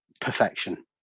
perfection